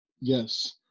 yes